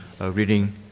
reading